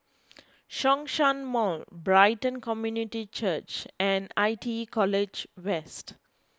Zhongshan Mall Brighton Community Church and I T E College West